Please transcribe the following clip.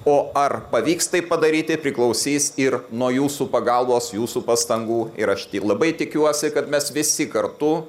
o ar pavyks tai padaryti priklausys ir nuo jūsų pagalbos jūsų pastangų ir aš ti labai tikiuosi kad mes visi kartu